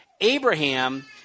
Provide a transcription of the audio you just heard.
Abraham